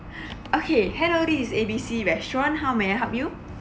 okay hello this is A B C restaurant how may I help you